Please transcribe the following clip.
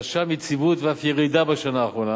רשם יציבות ואף ירידה בשנה האחרונה,